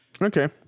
Okay